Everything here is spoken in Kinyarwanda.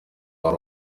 hari